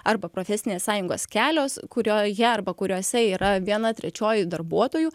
arba profesinės sąjungos kelios kurioje arba kuriose yra viena trečioji darbuotojų